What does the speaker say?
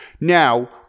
Now